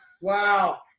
wow